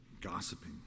Gossiping